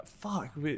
fuck